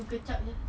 muka chuck sahaja